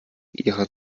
ihrer